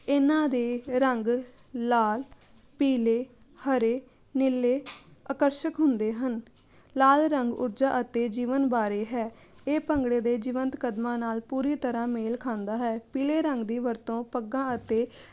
ਇਹਨਾਂ ਦੇ ਰੰਗ ਲਾਲ ਪੀਲੇ ਹਰੇ ਨੀਲੇ ਆਕਰਸ਼ਕ ਹੁੰਦੇ ਹਨ ਲਾਲ ਰੰਗ ਉਰਜਾ ਅਤੇ ਜੀਵਨ ਬਾਰੇ ਹੈ ਇਹ ਭੰਗੜੇ ਦੇ ਜੀਵੰਤ ਕਦਮਾਂ ਨਾਲ ਪੂਰੀ ਤਰ੍ਹਾਂ ਮੇਲ ਖਾਂਦਾ ਹੈ ਪੀਲੇ ਰੰਗ ਦੀ ਵਰਤੋਂ ਪੱਗਾਂ ਅਤੇ